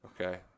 okay